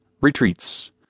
Retreats